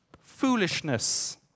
foolishness